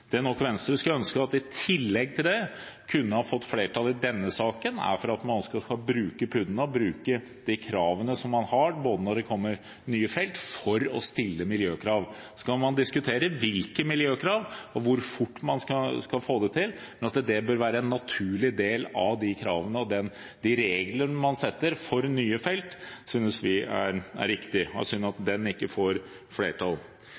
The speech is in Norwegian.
Det som Venstre nok skulle ønske, var at man i tillegg til det kunne fått flertall i denne saken for at man skal bruke PUD-ene – bruke de kravene som man har når det opereres på nye felt – for å stille miljøkrav. Så kan man diskutere hvilke miljøkrav og hvor fort man skal få det til, men at det bør være en naturlig del av de kravene og de reglene man setter for nye felt, synes vi er riktig. Det er synd at det ikke får flertall.